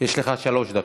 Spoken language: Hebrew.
יש לך שלוש דקות.